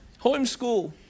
Homeschool